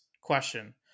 Question